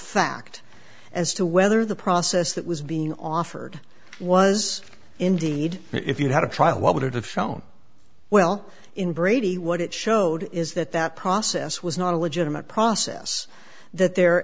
fact as to whether the process that was being offered was indeed if you had a trial what would have shown well in brady what it showed is that that process was not a legitimate process that the